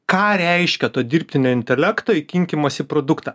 ką reiškia to dirbtinio intelekto įkinkymas į produktą